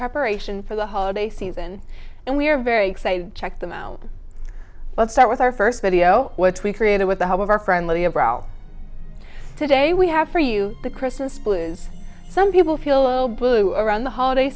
preparation for the holiday season and we're very excited check them out let's start with our first video which we created with the help of our friend lydia brough today we have for you the christmas blues some people feel oh blue around the holiday